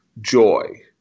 joy